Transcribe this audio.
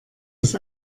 das